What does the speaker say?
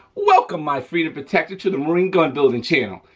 welcome, my freedom protector, to the marine gun building channel.